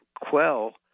quell